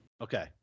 Okay